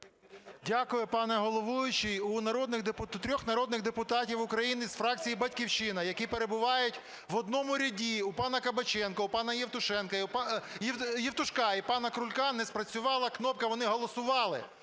Дякую, пане головуючий. У трьох народних депутатів України з фракції "Батьківщина", які перебувають в одному ряду, в пана Кабаченка, в пана Євтушенка… Євтушка і пана Крулька, не спрацювала кнопка, вони голосували,